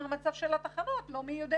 שהמצב של התחנות גם הוא לא מי-יודע-מה,